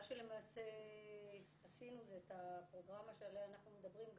מה שלמעשה עשינו זה את הפרוגרמה שעליה אנחנו מדברים.